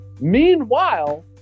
Meanwhile